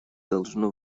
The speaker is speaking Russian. должно